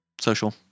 social